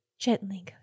gently